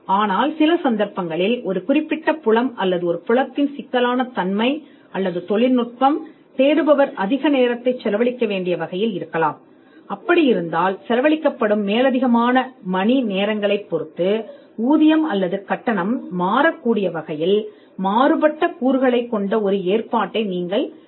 ஆனால் சில சந்தர்ப்பங்களில் அவை புலமாகவோ அல்லது புலத்தின் சிக்கலானதாகவோ அல்லது தொழில்நுட்பமாகவோ தேடுபவரால் செலவழிக்க அதிக நேரத்தை உள்ளடக்கியது பின்னர் நீங்கள் ஒரு மாறுபட்ட கூறுகளைக் கொண்டிருப்பீர்கள் அங்கு மணிநேரங்கள் கூடுதல் மணிநேரங்கள் ஆகியவற்றைப் பொறுத்து ஊதியம் அல்லது கட்டணம் மாறும்